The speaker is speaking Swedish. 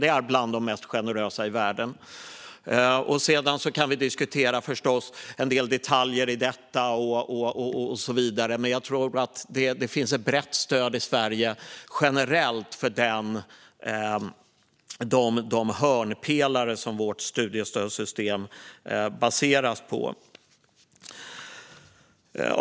Det är bland de mest generösa i världen. Sedan kan vi förstås diskutera en del detaljer i detta och så vidare, men jag tror att det finns ett brett stöd i Sverige generellt för de hörnpelare som vårt studiestödssystem baseras på.